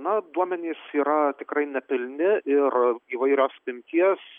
na duomenys yra tikrai nepilni ir įvairios apimties